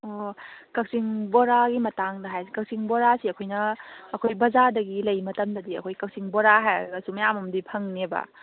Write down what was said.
ꯑꯣ ꯀꯛꯆꯤꯡ ꯕꯣꯔꯥꯒꯤ ꯃꯇꯥꯡꯗ ꯍꯥꯏꯁꯦ ꯀꯛꯆꯤꯡ ꯕꯣꯔꯥꯁꯦ ꯑꯩꯈꯣꯏꯅ ꯑꯩꯈꯣꯏ ꯕꯖꯥꯔꯗꯒꯤ ꯂꯩ ꯃꯇꯝꯗꯗꯤ ꯑꯩꯈꯣꯏ ꯀꯛꯆꯤꯡ ꯕꯣꯔꯥ ꯍꯥꯏꯔꯒꯁꯨ ꯃꯌꯥꯝ ꯑꯝꯗꯤ ꯐꯪꯅꯦꯕ